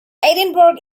edinburgh